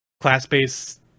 class-based